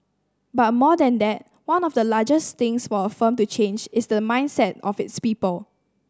but more than that one of the largest things for a firm to change is the mindset of its people